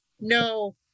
No